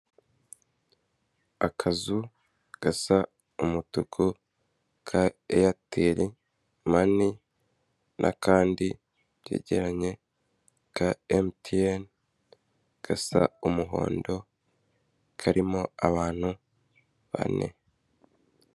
Akazu gasa umutuku ka Eyateri mani n'akandi byegeranye ka Emutiyeni gasa umuhondo karimo abantu bane.